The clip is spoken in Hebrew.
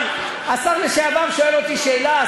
אבל השר לשעבר שואל אותי שאלה,